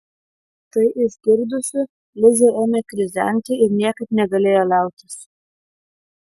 tai išgirdusi lizė ėmė krizenti ir niekaip negalėjo liautis